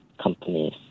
companies